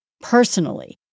personally